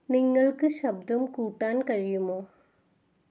നിങ്ങൾക്ക് ശബ്ദം കൂട്ടാൻ കഴിയുമോ